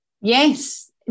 Yes